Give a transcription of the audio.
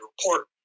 report